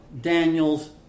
Daniel's